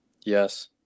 yes